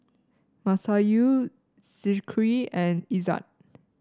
Masayu Zikri and Izzat